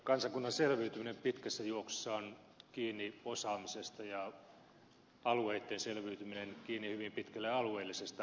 kansakunnan selviytyminen pitkässä juoksussa on kiinni osaamisesta ja alueitten selviytyminen kiinni hyvin pitkälle alueellisesta osaamisesta